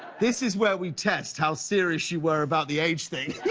this is where we test how serious you were about the age thing!